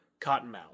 Cottonmouth